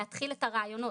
להתחיל את הראיונות.